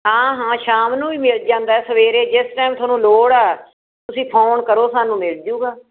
ਹਾਂ ਹਾਂ ਸ਼ਾਮ ਨੂੰ ਵੀ ਮਿਲ ਜਾਂਦਾ ਸਵੇਰੇ ਜਿਸ ਟਾਈਮ ਤੁਹਾਨੂੰ ਲੋੜ ਆ ਤੁਸੀਂ ਫੋਨ ਕਰੋ ਸਾਨੂੰ ਮਿਲਜੂਗਾ